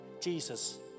Jesus